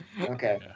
Okay